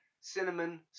cinnamon